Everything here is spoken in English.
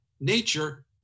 nature